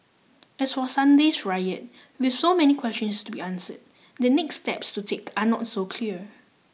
as for Sunday's riot with so many questions to be answered the next steps to take are not so clear